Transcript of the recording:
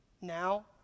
now